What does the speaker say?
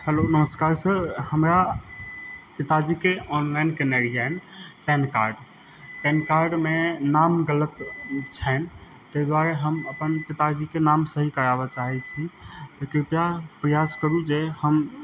hello नमस्कार sir हमरा पिताजीके ऑनलाइन केना पैन कार्ड पैन कार्डमे नाम गलत छनि ताहि दुआरे हम अपन पिताजीके नाम सही कराबऽ चाहै छी तऽ कृपया प्रयास करू जे हम